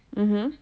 mmhmm